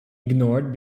ignored